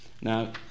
Now